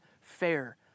fair